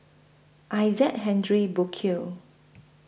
Isaac Henry Burkill